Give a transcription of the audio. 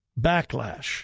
backlash